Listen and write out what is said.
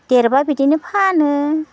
देरब्ला बिदिनो फानो